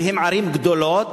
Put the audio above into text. והם ערים גדולות,